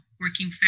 working